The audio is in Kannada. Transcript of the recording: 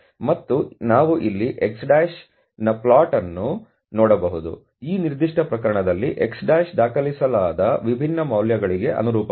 ಮತ್ತು ನಾವು ಇಲ್ಲಿ x' ನ ಪ್ಲಾಟ್ ಅನ್ನು ನೋಡಬಹುದು ಈ ನಿರ್ದಿಷ್ಟ ಪ್ರಕರಣ x' ದಾಖಲಿಸಲಾದ ವಿಭಿನ್ನ ಮೌಲ್ಯಗಳಿಗೆ ಅನುರೂಪವಾಗಿದೆ